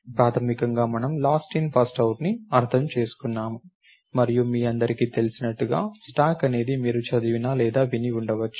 ప్రాథమికంగా మనము last in first out ని అర్థం చేసుకున్నాము మరియు మీ అందరికీ తెలిసినట్లుగా స్టాక్ అనేది మీరు చదివిన లేదా విని ఉండవచ్చు